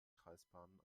kreisbahnen